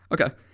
Okay